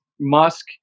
Musk